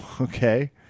Okay